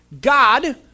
God